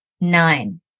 Nine